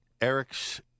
Eric's